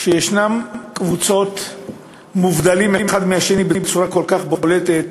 יש קבוצות מובדלות האחת מהשנייה בצורה כל כך בולטת.